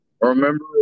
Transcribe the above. Remember